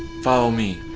follow me.